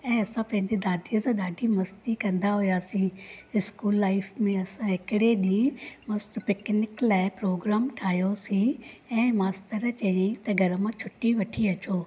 ऐं असां पंहिंजी दादीअ सां ॾाढी मस्ती कंदा हुआसीं स्कूल लाइफ में असां हिकड़े ॾींहुं मस्त पिकनिक लाइ प्रोग्राम ठाहियोसीं ऐं मास्तर चयाईं त घर मां छुटी वठी अचो